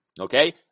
okay